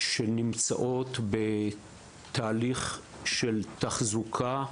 שנמצאות בתהליך של תחזוקה,